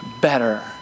better